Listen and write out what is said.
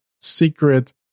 secret